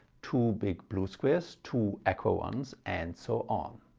two big blue squares, two aqua ones, and so on.